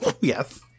Yes